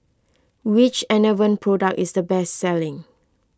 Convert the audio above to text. which Enervon product is the best selling